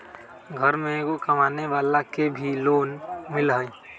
घर में एगो कमानेवाला के भी लोन मिलहई?